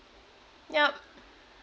yup